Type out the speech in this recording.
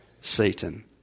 Satan